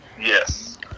Yes